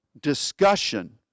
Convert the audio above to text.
discussion